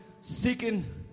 seeking